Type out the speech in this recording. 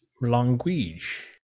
language